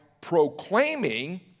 proclaiming